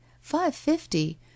Five-fifty